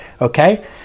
okay